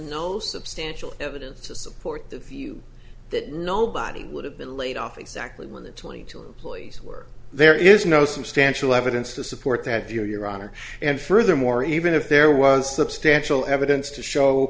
substantial evidence to support the view that nobody would have been laid off exactly where the twenty two employees were there is no substantial evidence to support that view your honor and furthermore even if there was substantial evidence to show